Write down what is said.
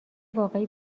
واقعی